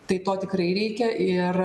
tai to tikrai reikia ir